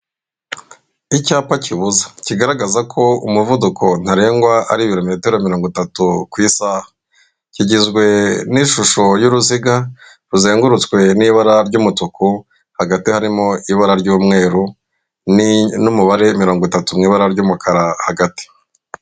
Icyapa kibuza kigaragaza ko umuvuduko ntarengwa ari ibirometero mirongo itatu ku isaha, kigizwe n'ishusho y'uruziga ruzengurutswe n'ibara ry'umutuku hagati harimo ibara ry'umweru n'umubare mirongo itatu mu ibara ry'umukara hagati.